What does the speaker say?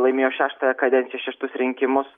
laimėjo šeštą kadenciją šeštus rinkimus